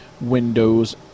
Windows